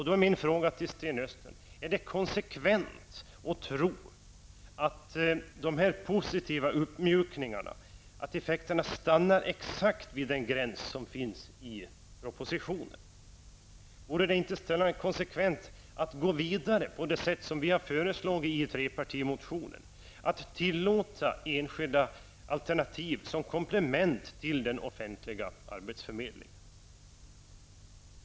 Då är min fråga till Sten Östlund: Är det konsekvent att tro att dessa uppmjukningars positiva effekter stannar exakt vid den gräns som anges i propositionen? Vore det inte konsekvent i stället att gå vidare på det sätt som vi har föreslagit i vår trepartimotion, att tillåta enskilda alternativ som komplement till den offentliga arbetsförmedlingen?